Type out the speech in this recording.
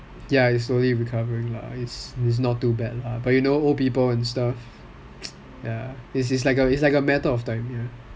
ya it's slowly recovering lah it's not too bad lah but you know old people and stuff ya it's like it's like a matter of time